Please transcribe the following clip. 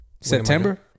September